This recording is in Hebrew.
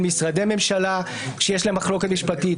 משרדי ממשלה שיש ביניהם מחלוקת משפטית,